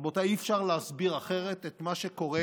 רבותיי, אי-אפשר להסביר אחרת את מה שקורה